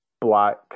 black